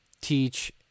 teach